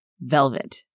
velvet